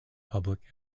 public